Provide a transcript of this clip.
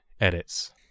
edits